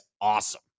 awesome